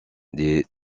des